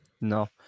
No